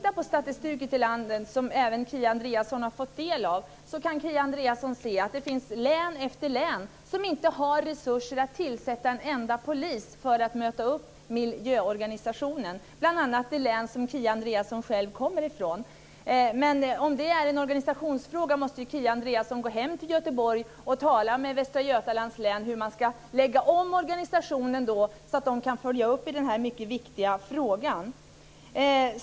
Av statistiken över landet, som även Kia Andreasson har fått del, kan Kia Andreasson se att det finns län efter län som inte har resurser att tillsätta en enda polis för att möta upp miljöorganisationen, bl.a. det län som Kia Andreasson själv kommer ifrån. Men om det är en organisationsfråga måste Kia Andreasson åka hem till Göteborg och tala med företrädare för Västra Götalands län om hur man där ska ändra organisationen så att man kan göra en uppföljning i denna mycket viktiga fråga.